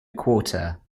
quarter